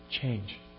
change